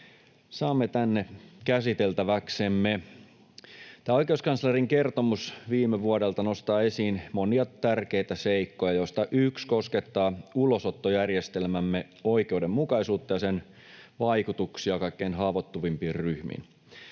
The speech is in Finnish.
saamme tänne käsiteltäväksemme. Tämä oikeuskanslerin kertomus viime vuodelta nostaa esiin monia tärkeitä seikkoja, joista yksi koskettaa ulosottojärjestelmämme oikeudenmukaisuutta ja sen vaikutuksia kaikkein haavoittuvimpiin ryhmiin.